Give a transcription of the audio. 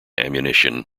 ammunition